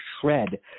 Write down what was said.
shred